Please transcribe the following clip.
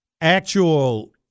actual